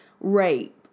rape